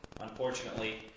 Unfortunately